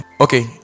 Okay